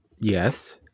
Yes